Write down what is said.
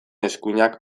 eskuinak